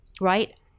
right